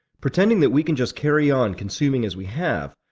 pretending that we can just carry on consuming as we have,